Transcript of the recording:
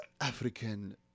African